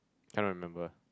can't remember